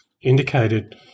indicated